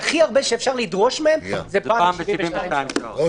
הכי הרבה שאפשר לדרוש מהם זה פעם ב-72 שעות.